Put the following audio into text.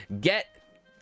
get